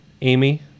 Amy